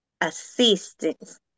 assistance